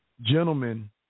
gentlemen